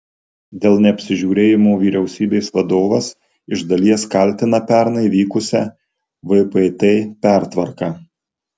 dėl neapsižiūrėjimo vyriausybės vadovas iš dalies kaltina pernai vykusią vpt pertvarką